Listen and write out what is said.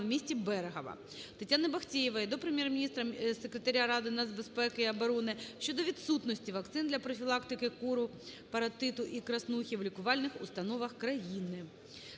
Тетяни Бахтеєвої до Прем'єр-міністра, секретаря Ради національної безпеки і оборони щодо відсутності вакцин для профілактики кору, паротиту та краснухи в лікувальних установах країни.